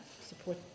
support